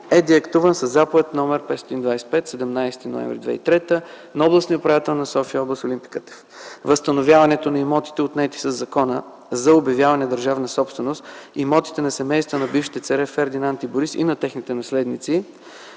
е деактуван със заповед № 525 от 17 ноември 2003 г. на областния управител на София област Олимпи Кътев. Възстановяването на имотите, отнети със Закона за обявяване държавна собственост имотите на семействата на бившите царе Фердинанд и Борис, имат техните наследници